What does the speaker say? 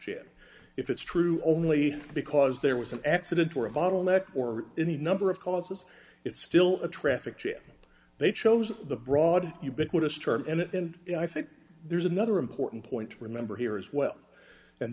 jam if it's true only because there was an accident or a volatile neck or any number of cause it's still a traffic jam and they chose the broad ubiquitous term and then i think there's another important point to remember here as well and